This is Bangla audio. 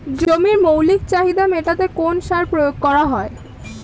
জমির মৌলিক চাহিদা মেটাতে কোন সার প্রয়োগ করা হয়?